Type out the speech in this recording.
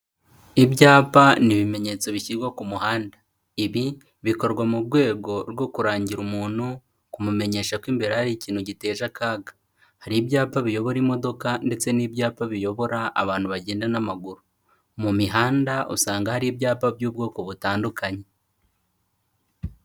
Ibyapa ni ibimenyetso bishyirwa ku muhanda. Ibi bikorwa mu rwego rwo kurangira umuntu, kumumenyesha ko imbere hari ikintu giteje akaga. Hari ibyapa biyobora imodoka ndetse n'ibyapa biyobora abantu bagenda n'amaguru. Mu mihanda usanga hari ibyapa by'ubwoko butandukanye.